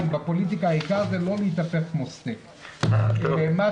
בפוליטיקה העיקר זה לא להתהפך כמו סטייק מה שכן,